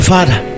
Father